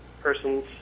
persons